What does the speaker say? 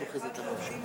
ועדות שבודקות את זה.